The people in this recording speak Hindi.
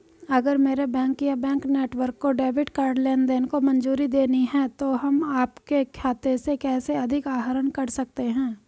अगर मेरे बैंक या बैंक नेटवर्क को डेबिट कार्ड लेनदेन को मंजूरी देनी है तो हम आपके खाते से कैसे अधिक आहरण कर सकते हैं?